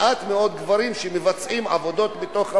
מעט מאוד גברים מבצעים עבודות בתוך הבית,